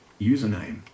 Username